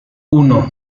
uno